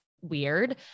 weird